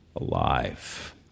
alive